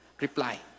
reply